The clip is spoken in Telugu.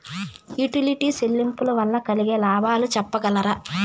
యుటిలిటీ చెల్లింపులు వల్ల కలిగే లాభాలు సెప్పగలరా?